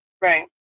Right